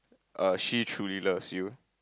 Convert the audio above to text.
err she truly loves you